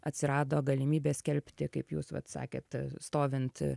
atsirado galimybė skelbti kaip jūs vat sakėt stovint